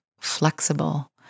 flexible